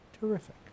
terrific